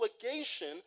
obligation